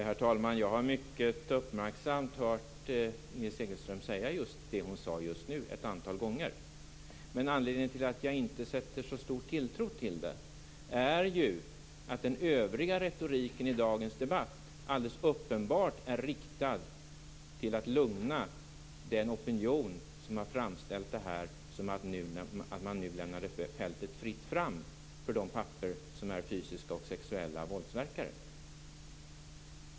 Herr talman! Jag har ett antal gånger mycket uppmärksamt hört Inger Segelström säga det hon just sade. Anledningen till att jag inte sätter så stor tilltro till det är ju att den övriga retoriken i dagens debatt alldeles uppenbart är riktad mot att lugna den opinion som har framställt det som att fältet lämnas fritt för de pappor som är fysiska och sexuella våldsverkare.